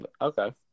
Okay